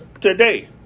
today